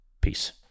Peace